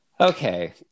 Okay